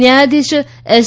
ન્યાયાધીશ એસ